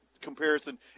comparison